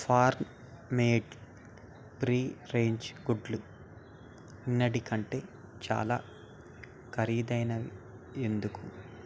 form made free range గుడ్లు నిన్నటి కంటే చాలా ఖరీదైనవి ఎందుకు